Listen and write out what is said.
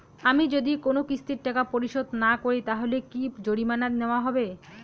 আমি যদি কোন কিস্তির টাকা পরিশোধ না করি তাহলে কি জরিমানা নেওয়া হবে?